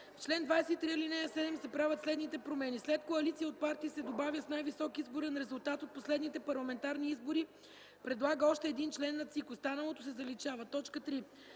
В чл. 23, ал. 7 се правят следните промени: След „коалиция от партии” се добавя „с най-висок изборен резултат от последните парламентарни избори предлага още един член на ЦИК”. Останалото се заличава.